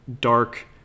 dark